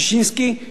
שתדון בעניין הזה.